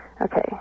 Okay